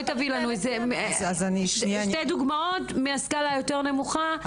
תני לנו שתי דוגמאות מהסקאלה היותר נמוכה.